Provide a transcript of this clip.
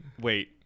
wait